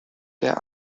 der